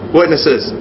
witnesses